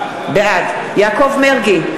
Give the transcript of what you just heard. בעד יעקב מרגי,